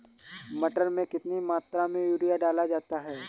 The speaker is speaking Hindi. मटर में कितनी मात्रा में यूरिया डाला जाता है?